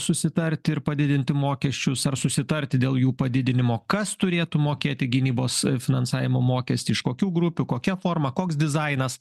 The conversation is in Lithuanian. susitarti ir padidinti mokesčius ar susitarti dėl jų padidinimo kas turėtų mokėti gynybos finansavimo mokestį iš kokių grupių kokia forma koks dizainas